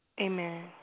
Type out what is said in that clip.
Amen